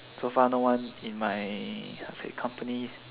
so far no one in my company